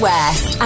West